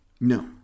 no